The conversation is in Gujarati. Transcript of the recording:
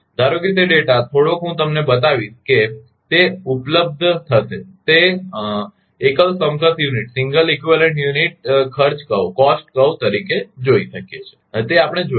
ધારો કે તે ડેટા થોડોક હું તમને બતાવીશ કે તે ઉપલબ્ધ થશે તે એકલ સમકક્ષ યુનિટસિંગલ ઇકવીવેલંટ યુનિટ ખર્ચ કર્વ કોસ્ટ કર્વ તરીકે જોઈ શકાય છે જે આપણે જોઇશું